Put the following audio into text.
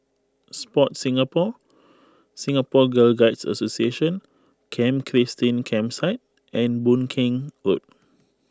Sport Singapore Singapore Girl Guides Association Camp Christine Campsite and Boon Keng Road